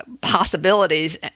possibilities